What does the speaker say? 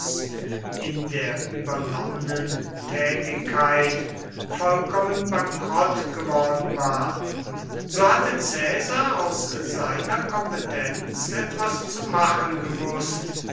in der übernommenen tätigkeit vollkommen bankrott geworden war so hatte caesar aus seiner kompetenz etwas zu machen gewußt